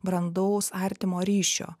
brandaus artimo ryšio